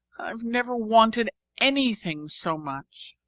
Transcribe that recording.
i've never wanted anything so much.